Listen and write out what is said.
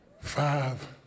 five